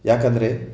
ಯಾಕೆಂದರೆ